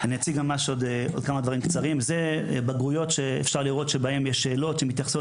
אני אציג עוד כמה דברים קצרים: אלה בגרויות שבהן יש שאלות שמתייחסות,